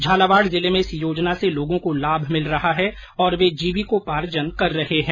झालावाड़ जिले में इस योजना से लोगों को लाभ मिल रहा है और वे जीविकोपार्जन कर रहे हैं